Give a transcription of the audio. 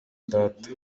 data